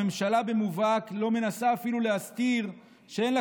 הממשלה במובהק לא מנסה אפילו להסתיר שאין לה